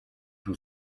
from